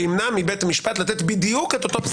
אין שום כוונה ואין שום דבר בנוסח,